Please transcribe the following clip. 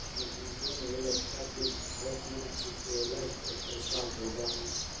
मुझे नहीं लगता कि भारत में भी ट्रैवलर्स चेक चलता होगा